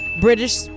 British